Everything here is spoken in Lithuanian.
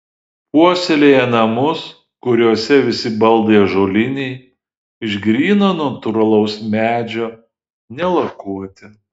puoselėja namus kuriuose visi baldai ąžuoliniai iš gryno natūralaus medžio nelakuoti